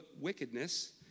wickedness